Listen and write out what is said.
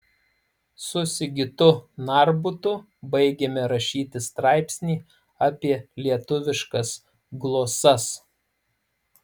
su sigitu narbutu baigėme rašyti straipsnį apie lietuviškas glosas